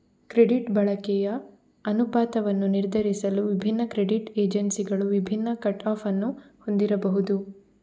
credit ಬಳಕೆಯ ಅನುಪಾತವನ್ನು ನಿರ್ಧರಿಸಲು ವಿಭಿನ್ನ ಕ್ರೆಡಿಟ್ ಏಜೆನ್ಸಿಗಳು ವಿಭಿನ್ನ ಕಟ್ ಆಫ್ ಅನ್ನು ಹೊಂದಿರಬಹುದು